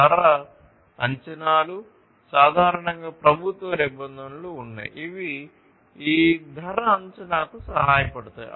ధర అంచనాలు సాధారణంగా ప్రభుత్వ నిబంధనలు ఉన్నాయి ఇవి ఈ ధర అంచనాకు సహాయపడతాయి